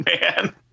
man